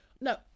No